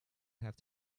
have